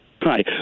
Hi